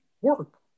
work